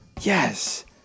Yes